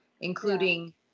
including